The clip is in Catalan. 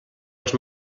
els